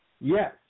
Yes